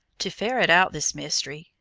to ferret out this mystery,